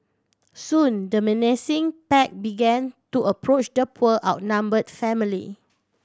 soon the menacing pack began to approach the poor outnumbered family